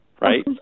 right